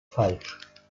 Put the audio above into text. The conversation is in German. falsch